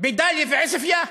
בדאליה ובעוספיא?